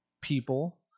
people